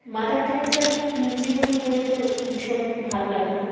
mother টেরেসার জীবনী পড়ে তো ভীষণ ভালো লাগল